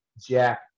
Jack